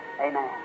Amen